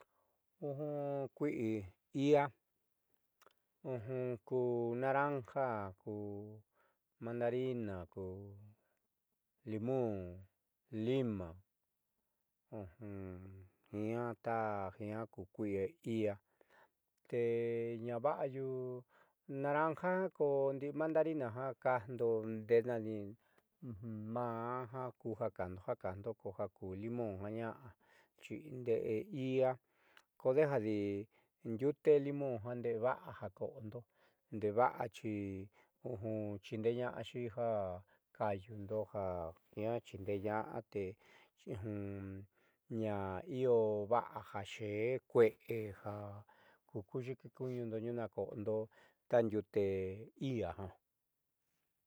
Kui'i i'ia ku naranja ku mandarina ku limon kima jiiña ku kui'i i'ia te ñaa va'ayu naranja ko mandarina ja kajndo maá ja kuja kajndo ko ja ku limón ja ña'a xi nde'e i'ia kodejadi ndiute limon ja ndeé vaá ja ko'ondo ndee va'a xi xindeena'axi ja kaayuundo ja jiaa xiindeena'a te ñaaiio va'a ja xe'e kue'e ja ku kuuyi'iki kuuñundo tniuu na ko'ondo tandiute i'ia jiaa.